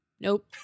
nope